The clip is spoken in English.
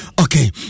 Okay